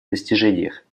достижениях